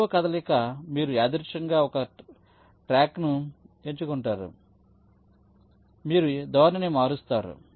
మూడవ కదలిక మీరు యాదృచ్ఛికంగా ఒక బ్లాక్ను ఎంచుకుంటారని మీరు ధోరణిని మారుస్తారు